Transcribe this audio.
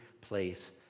place